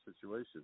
situation